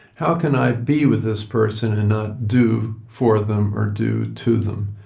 how can i be with this person and not do for them or do to them?